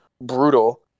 brutal